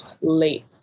late